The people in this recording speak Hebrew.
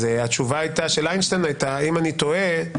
התשובה של איינשטיין הייתה: אם אני טועה,